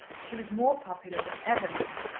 she was more popular than ever now,